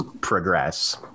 progress